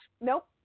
Nope